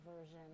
version